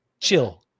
chill